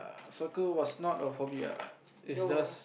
soccer was not a hobby ah is just